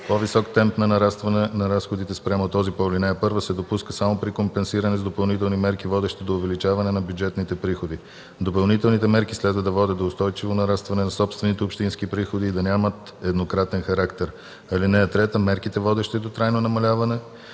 По-висок темп на нарастване на разходите спрямо този по ал. 1 се допуска само при компенсиране с допълнителни мерки, водещи до увеличаване на бюджетните приходи. Допълнителните мерки следва да водят до устойчиво нарастване на собствените общински приходи и да нямат еднократен характер. (3) Мерки, водещи до трайно намаляване